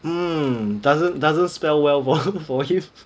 um doesn't doesn't spell well for for him